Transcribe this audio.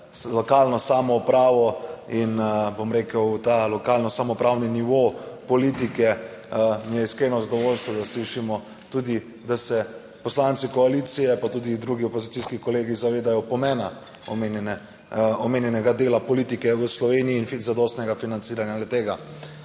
lokalno samoupravo in bom rekel ta lokalno samoupravni nivo politike mi je iskreno zadovoljstvo, da slišimo tudi, da se poslanci koalicije, pa tudi drugi opozicijski kolegi zavedajo pomena omenjene, omenjenega dela politike v Sloveniji in zadostnega financiranja le tega.